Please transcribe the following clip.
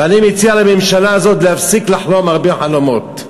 ואני מציע לממשלה הזאת להפסיק לחלום הרבה חלומות.